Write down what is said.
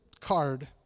card